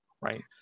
right